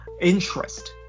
interest